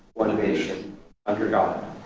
one nation under god,